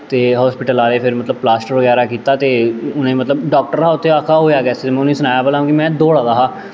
ते हस्पिटल आह्लें फिर मतलब पलस्टर बगैरा कीता ते उ'नें मतलब डाक्टर हा उत्थें ते आखा दा होएआ कैसे में उ'नेंगी सनाया भला में दौड़ा दा हा